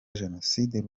jenoside